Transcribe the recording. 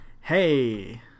hey